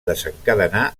desencadenar